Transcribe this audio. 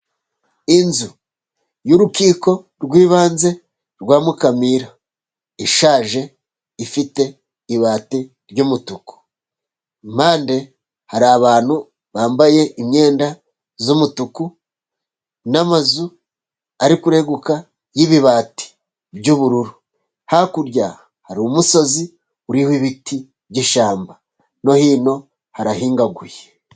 Inzu y'urukiko rw'ibanze rwa Mukamira, ishaje ifite ibati ry'umutuku. Impande hari abantu bambaye imyenda y'umutuku, n'amazu ari kurenguka y'ibibati by'ubururu. Hakurya hari umusozi uriho ibiti by'ishyamba, no hino harahingaguye.